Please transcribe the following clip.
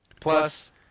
plus